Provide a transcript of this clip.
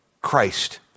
Christ